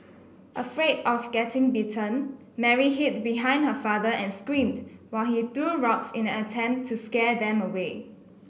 afraid of getting bitten Mary hid behind her father and screamed while he threw rocks in an attempt to scare them away